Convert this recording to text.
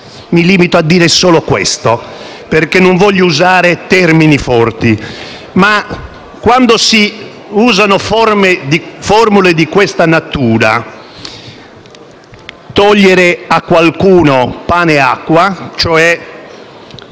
Mi limito a dire solo questo, perché non voglio usare termini forti. Quando si usano formule di questa natura, come: «togliere a qualcuno pane e acqua», cioè